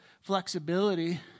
flexibility